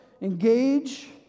engage